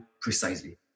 precisely